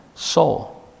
Soul